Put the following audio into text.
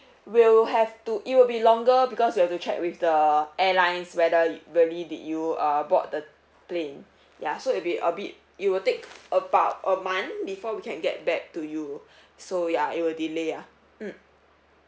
will have to it will be longer because we have to check with the airlines whether really did you uh board the plane ya so it'll be a bit it will take about a month before we can get back to you so ya it will delay ah mm